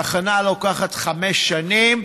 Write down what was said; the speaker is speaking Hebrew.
תחנה לוקחת חמש שנים.